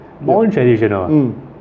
Non-traditional